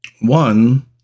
One